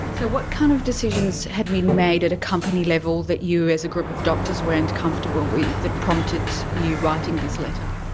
so what kind of decisions have been made at a company level that you as a group of doctors weren't comfortable with, that prompted you writing this letter?